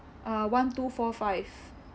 uh one two four five